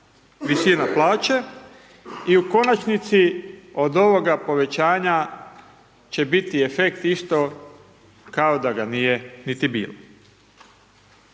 visina plaće i u konačnici od ovoga povećanja će biti efekt isto kao da ga nije niti bilo.